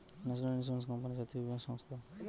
national insurance company জাতীয় বীমা সংস্থা